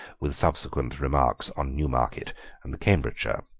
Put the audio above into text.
with subsequent remarks on newmarket and the cambridgeshire.